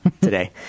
today